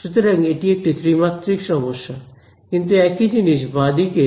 সুতরাং এটি একটি ত্রিমাত্রিক সমস্যা কিন্তু একই জিনিস বাঁদিকে